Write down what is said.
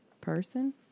person